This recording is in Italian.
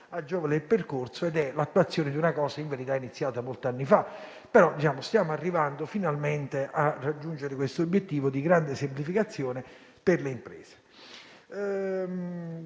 agevola il percorso. È l'attuazione di una cosa in verità iniziata molti anni fa, che stiamo arrivando finalmente a raggiungere questo obiettivo di grande semplificazione per le imprese.